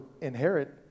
inherit